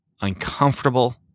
uncomfortable